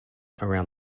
around